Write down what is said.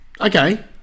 Okay